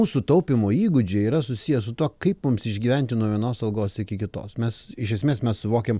mūsų taupymo įgūdžiai yra susiję su tuo kaip mums išgyventi nuo vienos algos iki kitos mes iš esmės mes suvokiam